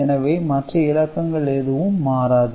எனவே மற்ற இலக்கங்கள் எதுவும் மாறாது